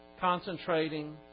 concentrating